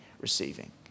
receiving